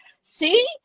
see